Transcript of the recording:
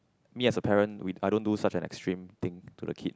me as a parent we I don't do such an extreme thing to the kid